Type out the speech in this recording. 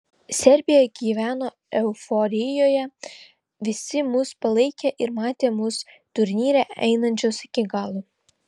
serbija gyveno euforijoje visi mus palaikė ir matė mus turnyre einančius iki galo